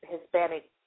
Hispanic